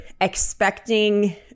expecting